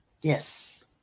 Yes